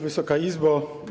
Wysoka Izbo!